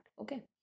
okay